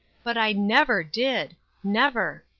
but i never did never.